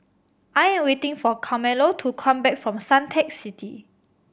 I am waiting for Carmelo to come back from Suntec City